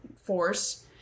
force